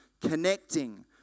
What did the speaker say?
connecting